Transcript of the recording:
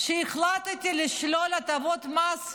החלטתי לשלול הטבות מס מאונר"א.